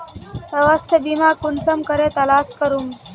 स्वास्थ्य बीमा कुंसम करे तलाश करूम?